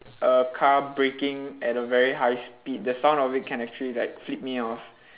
a car braking at a very high speed the sound of it can actually like flip me off